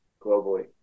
globally